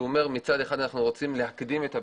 שלפיו מצד אחד אנחנו רוצים להקדים את הבינוי.